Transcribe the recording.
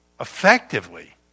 effectively